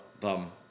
thumb